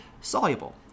soluble